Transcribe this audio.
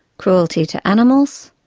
cruelty to animals,